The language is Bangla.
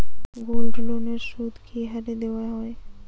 গোল্ডলোনের সুদ কি হারে দেওয়া হয়?